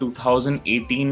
2018